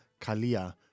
Kalia